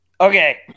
Okay